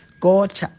God